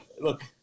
look